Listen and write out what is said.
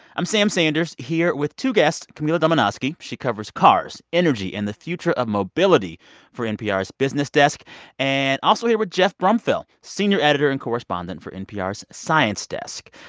i'm sam sanders, here with two guests, camila domonoske yeah she covers cars, energy and the future of mobility for npr's business desk and also here with geoff brumfiel, senior editor and correspondent for npr's science desk.